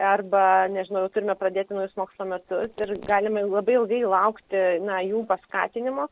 arba nežinau jau turime pradėti naujus mokslo metus ir galime jų labai ilgai laukti na jų paskatinimo